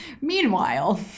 meanwhile